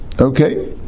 Okay